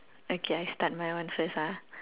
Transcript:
okay I start my one first ah